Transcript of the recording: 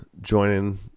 joining